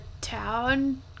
town